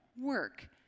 work